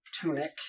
tunic